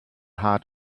heart